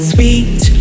Sweet